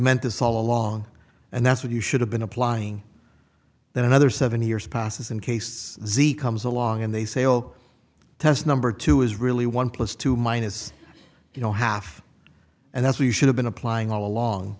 meant this all along and that's what you should have been applying that another seventy years process in case z comes along and they say oh test number two is really one plus two minus you know half and that's what you should have been applying all along